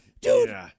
Dude